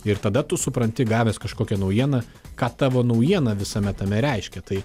ir tada tu supranti gavęs kažkokią naujieną ką tavo naujiena visame tame reiškia tai